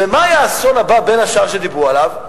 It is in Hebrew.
ומה האסון הבא, בין השאר, שדיברו עליו?